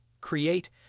create